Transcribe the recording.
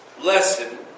lesson